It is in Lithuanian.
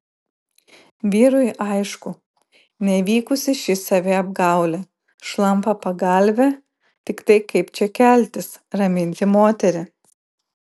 vyrui aišku nevykusi ši saviapgaulė šlampa pagalvė tiktai kaip čia keltis raminti moterį